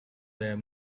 were